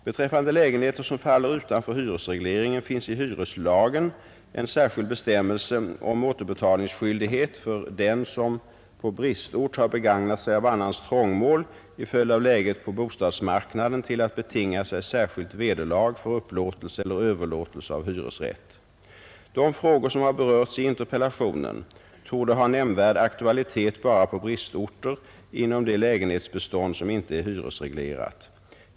Beträffande lägenheter som faller utanför hyresregleringen finns i hyreslagen en särskild bestämmelse om återbetalningsskyldighet för den som på bristort har begagnat sig av annans trångmål i följd av läget på bostadsmarknaden till att betinga sig särskilt vederlag för upplåtelse eller överlåtelse av hyresrätt. De frågor som har berörts i interpellationen torde ha nämnvärd aktualitet bara på bristorter inom det lägenhetsbestånd som inte är hyresreglerat.